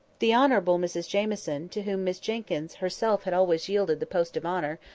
the honourable mrs jamieson, to whom miss jenkyns herself had always yielded the post of honour,